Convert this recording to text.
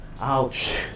Ouch